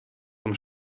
vom